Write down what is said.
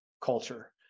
culture